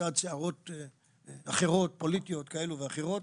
לצד סערות אחרות, פוליטיות כאלו ואחרות,